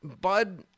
Bud